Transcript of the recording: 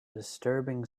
disturbing